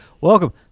Welcome